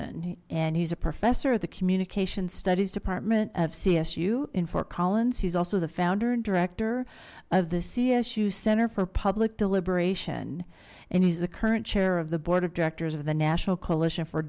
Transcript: sasson and he's a professor of the communication studies department of csu in fort collins he's also the founder and director of the csu center for public deliberation and he's the current chair of the board of directors of the national coalition for